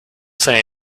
say